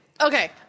Okay